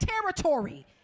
territory